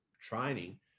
training